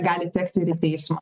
gali tekti ir į teismą